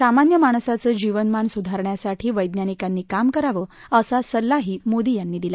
सामान्य माणसाचं जीवनमान सुधारण्यासाठी वैज्ञानिकांनी काम करावं असा सल्लाही मोदी यांनी दिला